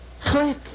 click